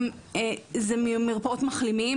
אם זה מרפאות מחלימים,